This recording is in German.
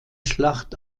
schlacht